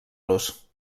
los